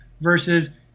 versus